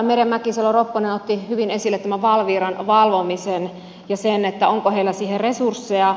merja mäkisalo ropponen otti hyvin esille tämän valviran valvomisen ja sen onko heillä siihen resursseja